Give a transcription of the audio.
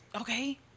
Okay